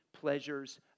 pleasures